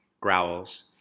growls